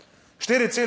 (nadaljevanje)